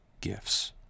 gifts